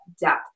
depth